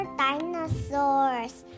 dinosaurs